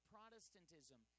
Protestantism